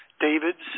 David's